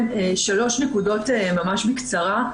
שלוש נקודות, ממש בקצרה.